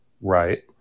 Right